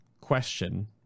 question